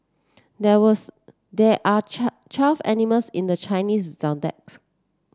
there was there are twelve animals in the Chinese Zodiac